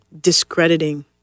discrediting